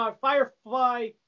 Firefly